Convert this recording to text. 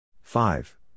five